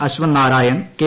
Ashwanth Narayan K